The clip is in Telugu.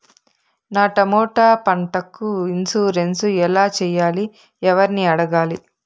నా టమోటా పంటకు ఇన్సూరెన్సు ఎలా చెయ్యాలి? ఎవర్ని అడగాలి?